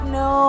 no